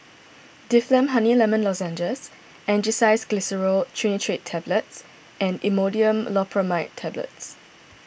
Difflam Honey Lemon Lozenges Angised Glyceryl Trinitrate Tablets and Imodium Loperamide Tablets